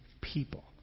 people